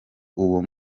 uwo